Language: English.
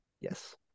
Yes